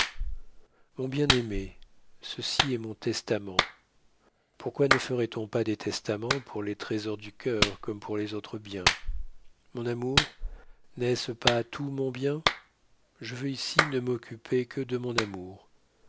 mon bien aimé ceci est mon testament pourquoi ne ferait-on pas des testaments pour les trésors du cœur comme pour les autres biens mon amour n'était-ce pas tout mon bien je veux ici ne m'occuper que de mon amour